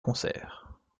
concerts